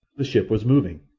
the ship was moving!